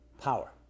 power